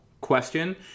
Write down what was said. question